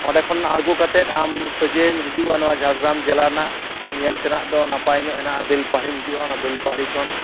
ᱚᱸᱰᱮ ᱠᱷᱚᱱ ᱟᱲᱜᱳ ᱠᱟᱛᱮᱫ ᱟᱢ ᱥᱚᱡᱷᱮᱢ ᱦᱤᱡᱩᱜᱼᱟ ᱱᱚᱣᱟ ᱡᱷᱟᱲᱜᱨᱟᱢ ᱡᱮᱞᱟ ᱨᱮᱱᱟᱜ ᱧᱮᱞ ᱛᱮᱱᱟᱜ ᱫᱚ ᱱᱟᱯᱟᱭ ᱧᱚᱜ ᱦᱮᱱᱟᱜᱼᱟ ᱵᱮᱞᱯᱟᱦᱟᱲᱤᱢ ᱦᱤᱡᱩᱜᱼᱟ ᱚᱱᱟ ᱵᱮᱞᱯᱟᱦᱟᱲᱤ ᱠᱷᱚᱱ